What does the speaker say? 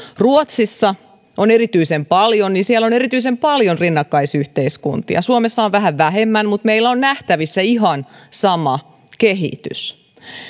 ruotsissa on erityisen paljon niin siellä on erityisen paljon rinnakkaisyhteiskuntia suomessa on vähän vähemmän mutta meillä on nähtävissä ihan sama kehitys